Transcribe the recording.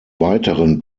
weiteren